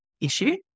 issue